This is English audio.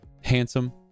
handsome